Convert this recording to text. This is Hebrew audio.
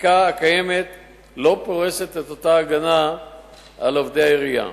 החקיקה הקיימת לא פורסת את אותה ההגנה על עובדי עירייה,